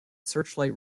searchlight